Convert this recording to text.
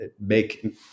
make